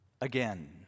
again